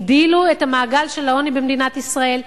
הגדילו את המעגל של העוני במדינת ישראל,